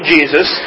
Jesus